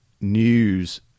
news